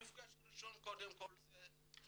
המפגש הראשון הוא קודם כול היכרות,